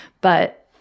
but-